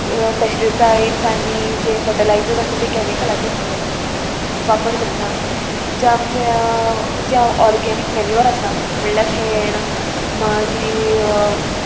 pesticides आनी जे fertilisers आसा तें कॅमिकलाचे वापर करना जे आमचे जे ऑर्गेनीक मेन्युअर आसा म्हणल्यार शेण मागीर